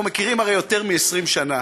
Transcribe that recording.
אנחנו מכירים הרי יותר מ-20 שנה,